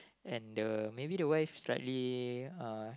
and the maybe the wife slightly uh